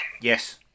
Yes